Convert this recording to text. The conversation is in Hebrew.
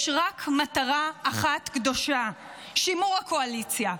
יש רק מטרה אחת קדושה: שימור הקואליציה.